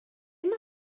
mae